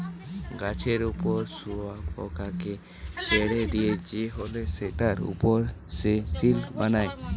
গাছের উপর শুয়োপোকাকে ছেড়ে দিয়া হলে সেটার উপর সে সিল্ক বানায়